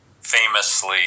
famously